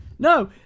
No